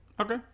Okay